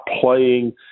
playing –